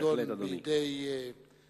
לפיקדון בידי, בהחלט, אדוני.